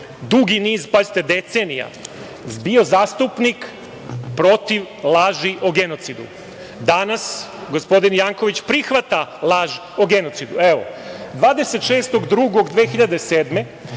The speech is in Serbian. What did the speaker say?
dugi niz decenija bio zastupnik protiv laži o genocidu. Danas gospodin Janković prihvata laž o genocidu. Dvadeset